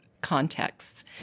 contexts